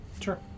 Sure